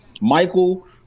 Michael